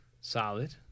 Solid